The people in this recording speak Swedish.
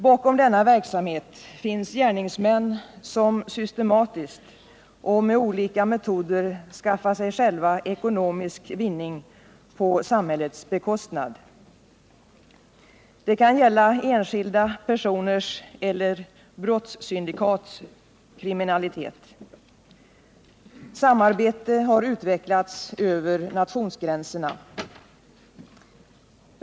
Bakom denna verksamhet finns gärningsmän som systematiskt och med olika metoder skaffar sig själva ekonomisk vinning på samhällets bekostnad. Det kan gälla enskilda personers eller brottssyndikats kriminalitet. Samarbete har utvecklats över nationsgränserna.